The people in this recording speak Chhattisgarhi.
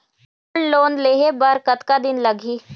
गोल्ड लोन लेहे बर कतका दिन लगही?